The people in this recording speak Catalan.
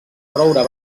roure